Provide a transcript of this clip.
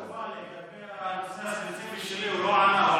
תשובה לגבי הנושא הספציפי שלי הוא לא ענה,